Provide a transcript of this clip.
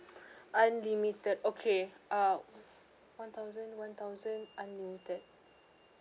unlimited okay uh one thousand one thousand unlimited